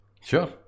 Sure